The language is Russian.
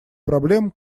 проблем